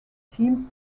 team